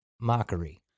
mockery